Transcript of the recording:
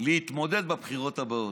להתמודד בבחירות הבאות,